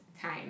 time